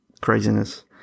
craziness